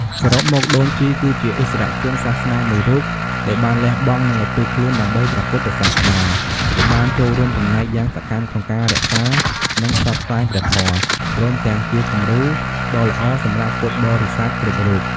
សរុបមក ដូនជីគឺជាឥស្សរជនសាសនាមួយរូបដែលបានលះបង់ និងឧទ្ទិសខ្លួនដើម្បីព្រះពុទ្ធសាសនា ដោយបានចូលរួមចំណែកយ៉ាងសកម្មក្នុងការរក្សា និងផ្សព្វផ្សាយព្រះធម៌ ព្រមទាំងជាគំរូដ៏ល្អសម្រាប់ពុទ្ធបរិស័ទគ្រប់រូប។